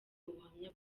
ubuhamya